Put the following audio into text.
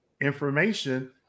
information